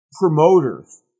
promoters